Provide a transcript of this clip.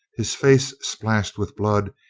his face splashed with blood,